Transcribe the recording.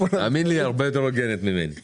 תאמין לי, היא הרבה יותר הוגנת ממני.